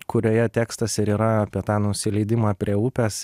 kurioje tekstas ir yra apie tą nusileidimą prie upės